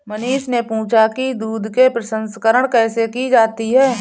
मनीष ने पूछा कि दूध के प्रसंस्करण कैसे की जाती है?